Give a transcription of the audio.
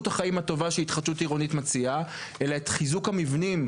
יש כ-1.5 ס"מ של רצועת חוף לכל אזרח במדינת ישראל.